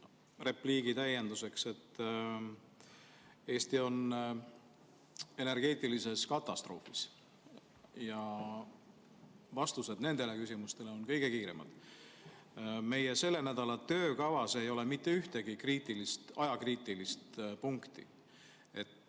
repliigi täienduseks: Eesti on energeetilises katastroofis ja nende küsimuste vastustega on kõige kiirem. Meie selle nädala töökavas ei ole mitte ühtegi ajakriitilist punkti.